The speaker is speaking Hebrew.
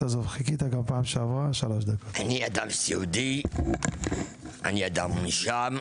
אני אדם סיעודי, אני אדם מונשם,